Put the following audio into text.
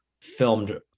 filmed